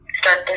Start